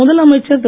முதலமைச்சர் திரு